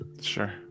Sure